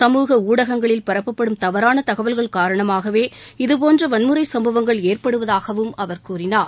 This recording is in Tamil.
சமூக ஊடகங்களில் பரப்பப்படும் தவறான தகவல்கள் காரணமாகவே இதபோன்ற வன்முறை சம்பவங்கள் ஏற்படுவதாகவும் அவர் கூறினார்